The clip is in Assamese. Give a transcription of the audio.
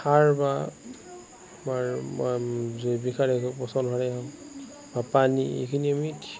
সাৰ বা আমাৰ জৈৱিক সাৰ বা পচন সাৰেই হওঁক পানী এইখিনি আমি